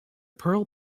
pearl